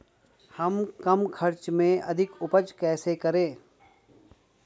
हम कम खर्च में अधिक उपज कैसे करें?